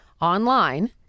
online